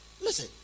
Listen